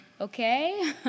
okay